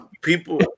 people